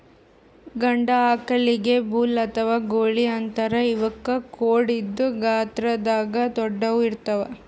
ಗಂಡ ಆಕಳಿಗ್ ಬುಲ್ ಅಥವಾ ಗೂಳಿ ಅಂತಾರ್ ಇವಕ್ಕ್ ಖೋಡ್ ಇದ್ದ್ ಗಾತ್ರದಾಗ್ ದೊಡ್ಡುವ್ ಇರ್ತವ್